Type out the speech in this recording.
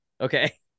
okay